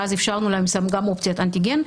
ואז שמנו גם אופציית אנטיגן,